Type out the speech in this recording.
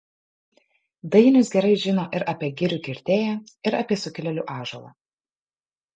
dainius gerai žino ir apie girių kirtėją ir apie sukilėlių ąžuolą